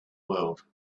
world